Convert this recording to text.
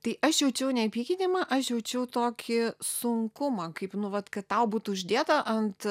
tai aš jaučiau ne pykinimą aš jaučiau tokį sunkumą kaip nu vat kad tau būtų uždėta ant